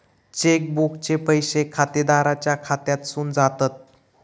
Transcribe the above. check बुकचे पैशे खातेदाराच्या खात्यासून जातत